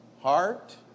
heart